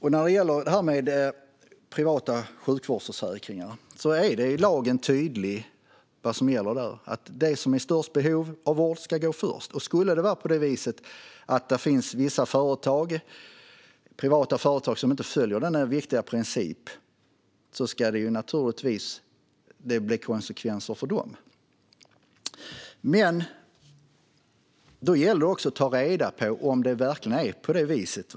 I fråga om privata sjukvårdsförsäkringar är lagen tydlig med vad som gäller: de som har störst behov av vård ska gå först. Skulle det vara på det sättet att vissa privata företag inte följer denna viktiga princip ska det naturligtvis leda till konsekvenser för dem. Det gäller dock att ta reda på om det verkligen är på det viset.